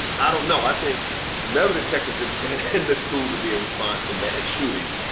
i don't know. i think metal detectors in the school would be a response to mass shootings.